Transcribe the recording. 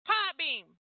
Podbeam